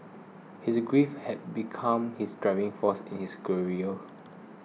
his grief had become his driving force in his career